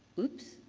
oops!